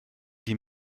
die